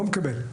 לא מקבל.